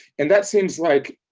and that seems like,